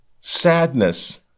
sadness